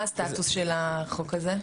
מה הסטטוס של החוק הזה?